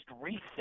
reset